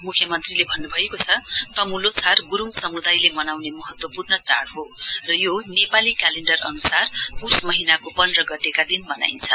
मुख्यमन्त्रीले भन्नुभएको छ तमु ल्होछार गुरुङ समुदायले मनाउने महत्वपूर्ण चाढ़ हो र यो नेपाली क्यालेण्डर अनुसार पुष महीनाको पन्ध्र गतेका दिन मनाइन्छ